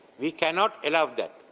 we cannot allow that.